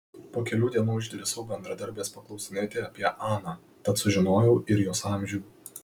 po kelių dienų išdrįsau bendradarbės paklausinėti apie aną tad sužinojau ir jos amžių